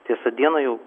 tiesa dieną jau